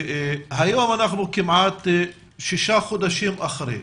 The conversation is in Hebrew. היום אנחנו כמעט שישה חודשים אחרי,